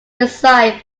designed